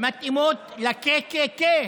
מתאימות ל-KKK,